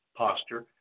posture